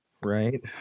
Right